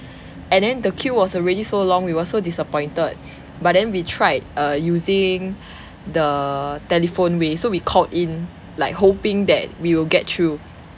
and then the queue was already so long we were so disappointed but then we tried err using the telephone way so we called in like hoping that we will get through